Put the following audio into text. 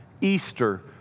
Easter